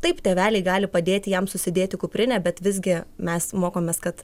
taip tėveliai gali padėti jam susidėti kuprinę bet visgi mes mokomės kad